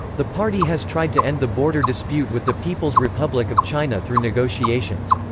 the party has tried to end the border dispute with the people's republic of china through negotiations.